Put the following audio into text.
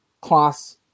class